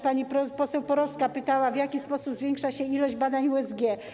Pani poseł Porowska pytała, w jaki sposób zwiększa się ilość badań USG.